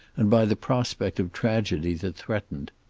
and by the prospect of tragedy that threatened.